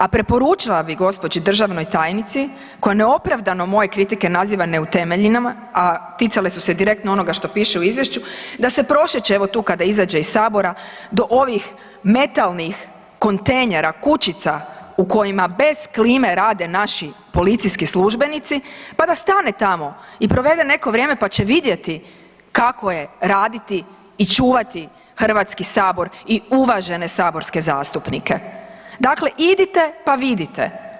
A preporučila bi gđi. državnoj tajnici koja neopravdano moje kritike naziva neutemeljenim, a ticale su se direktno onoga što piše u izvješću, da se prošeće evo tu kada izađe iz sabora do ovih metalnih kontejnera, kućica u kojima bez klime rade naši policijski službenici, pa da stane tamo i provede neko vrijeme pa će vidjeti kako je raditi i čuvati HS i uvažene saborske zastupnike, dakle idite pa vidite.